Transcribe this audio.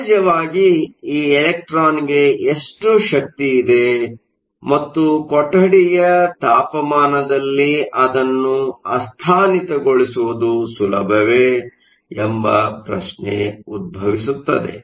ಸಹಜವಾಗಿ ಈ ಎಲೆಕ್ಟ್ರಾನ್ಗೆ ಎಷ್ಟು ಶಕ್ತಿಯಿದೆ ಮತ್ತು ಕೊಠಡಿಯ ತಾಪಮಾನದಲ್ಲಿ ಅದನ್ನು ಅಸ್ಥಾನಿತಗೊಳಿಸುವುದು ಸುಲಭವೇ ಎಂಬ ಪ್ರಶ್ನೆ ಉದ್ಭವಿಸುತ್ತದೆ